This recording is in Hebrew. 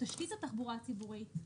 תשתית התחבורה הציבורית,